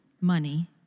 money